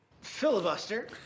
Filibuster